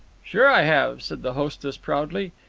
sure i have, said the hostess proudly.